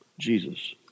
Jesus